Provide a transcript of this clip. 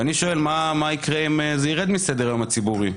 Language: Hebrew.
ואני שואל מה יקרה אם זה ירד מסדר-היום הציבורי.